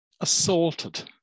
assaulted